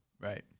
right